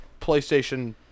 PlayStation